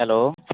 hello